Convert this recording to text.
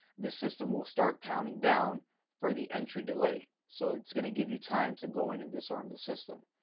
the system will start counting down for the entry delay. so it's going to give you time to go in and disarm the system.